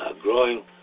growing